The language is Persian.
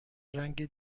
رنگ